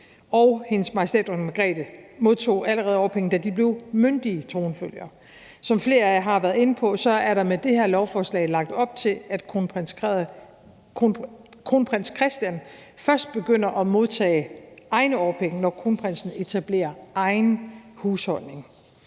og Hendes Majestæt Dronning Margrethe modtog allerede årpenge, da de blev myndige tronfølgere. Som flere af jer har været inde på, er der med det her lovforslag lagt op til, at kronprins Christian først begynder at modtage egne årpenge, når kronprinsen etablerer egen husholdning.